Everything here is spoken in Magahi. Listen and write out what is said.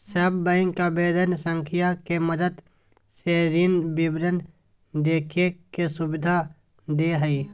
सब बैंक आवेदन संख्या के मदद से ऋण विवरण देखे के सुविधा दे हइ